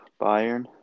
Bayern